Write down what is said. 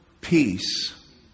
peace